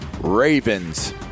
Ravens